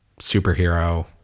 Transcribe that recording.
superhero